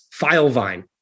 Filevine